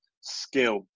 skill